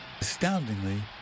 Astoundingly